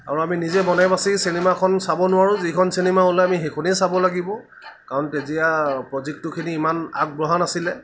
আৰু আমি নিজে মনে বাছি চিনেমাখন চাব নোৱাৰোঁ যিখন চিনেমা ওলায় আমি সেইখনেই চাব লাগিব কাৰণ তেতিয়া প্ৰযুক্তিখিনি ইমান আগবঢ়া নাছিলে